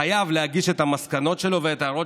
חייב להגיש את המסקנות שלו ואת ההערות